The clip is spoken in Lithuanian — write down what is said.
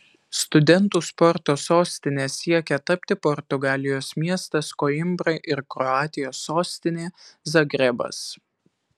studentų sporto sostine siekia tapti portugalijos miestas koimbra ir kroatijos sostinė zagrebas